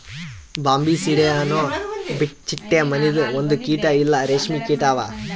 Bombycidae ಅನೊ ಚಿಟ್ಟೆ ಮನಿದು ಒಂದು ಕೀಟ ಇಲ್ಲಾ ರೇಷ್ಮೆ ಕೀಟ ಅವಾ